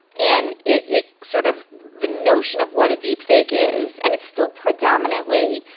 and it it sort of the notion of what a deep fake is. and it's still predominantly.